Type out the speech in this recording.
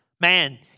Man